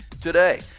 today